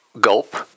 Gulp